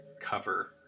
cover